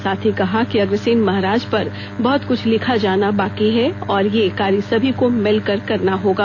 साथ ही कहा कि अग्रसेन महाराज पर बहत कृछ लिखा जाना बाकी है और यह कार्य सभी को मिल कर करना होगा